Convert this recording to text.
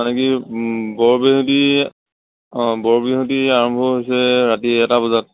মানে কি বৰ বিহুৱতী অঁ বৰ বিহুৱতী আৰম্ভ হৈছে ৰাতি এটা বজাত